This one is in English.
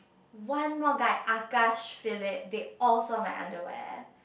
one more guy Akash Phillip they all saw my underwear